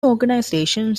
organizations